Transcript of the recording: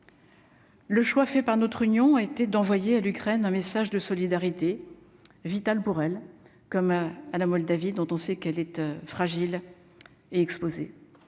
Le choix fait par notre union a été d'envoyer à l'Ukraine, un message de solidarité vital pour elle comme un à la Moldavie, dont on sait qu'elles étaient fragiles et exposés,